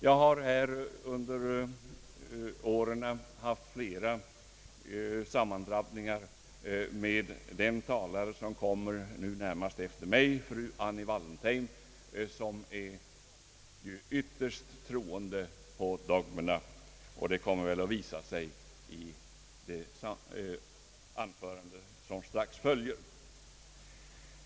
Jag har här under årens lopp haft flera sammandrabbningar med den talare som följer närmast efter mig, nämligen fru Annie Wallentheim, som ju är ytterst troende när det gäller dogmerna — något som väl kommer att visa sig genom det anförande som strax följer.